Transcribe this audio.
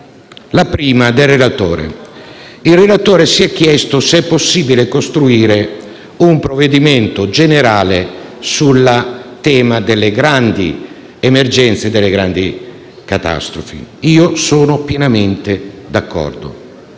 La prima è del relatore. Il relatore si è chiesto se è possibile costruire un provvedimento generale sul tema delle grandi emergenze e delle grandi catastrofi. Io sono pienamente d'accordo.